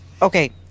Okay